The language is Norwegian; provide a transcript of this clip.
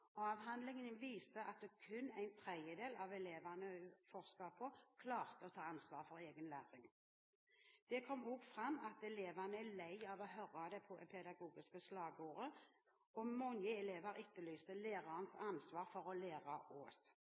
at kun en tredjedel av elevene hun forsket på, klarte å ta ansvar for egen læring. Det kom også fram at elevene er lei av å høre det pedagogiske slagordet, og mange elever etterlyste lærerens ansvar for å